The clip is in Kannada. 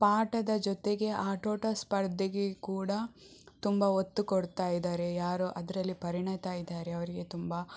ಪಾಠದ ಜೊತೆಗೆ ಆಟೋಟ ಸ್ಪರ್ಧೆಗೆ ಕೂಡ ತುಂಬ ಒತ್ತು ಕೊಡ್ತಾ ಇದ್ದಾರೆ ಯಾರು ಅದರಲ್ಲಿ ಪರಿಣಿತ ಇದ್ದಾರೆ ಅವರಿಗೆ ತುಂಬ